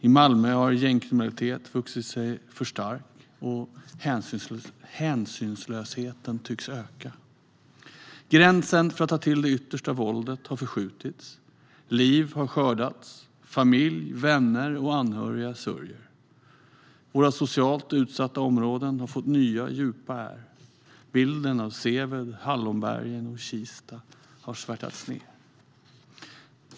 I Malmö har gängkriminaliteten vuxit sig för stark, och hänsynslösheten tycks öka. Gränsen för att ta till det yttersta våldet har förskjutits. Liv har skördats. Familj, vänner och anhöriga sörjer. De socialt utsatta områdena har fått nya djupa ärr. Bilden av Seved, Hallonbergen och Kista har svärtats ned.